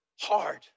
hard